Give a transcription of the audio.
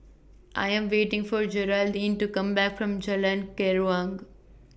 I Am waiting For Jeraldine to Come Back from Jalan Keruing